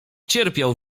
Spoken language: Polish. cierpiał